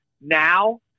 now